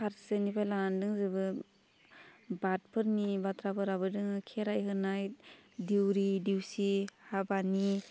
फारसेनिफाय लानानै दंजोबो बादफोरनि बाथ्राफोराबो दङो खेराइ होनाय दिउरि देवसि हाबानि